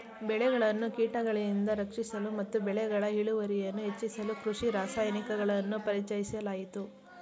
ಬೆಳೆಗಳನ್ನು ಕೀಟಗಳಿಂದ ರಕ್ಷಿಸಲು ಮತ್ತು ಬೆಳೆಗಳ ಇಳುವರಿಯನ್ನು ಹೆಚ್ಚಿಸಲು ಕೃಷಿ ರಾಸಾಯನಿಕಗಳನ್ನು ಪರಿಚಯಿಸಲಾಯಿತು